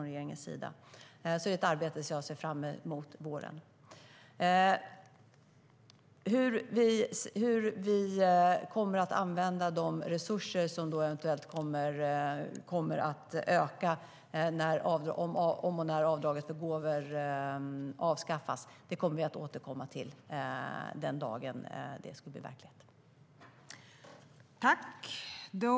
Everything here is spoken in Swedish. Det är ett arbete som jag ser fram emot under våren. Överläggningen var härmed avslutad.